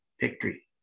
victory